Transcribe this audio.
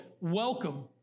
welcome